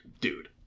Dude